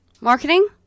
Marketing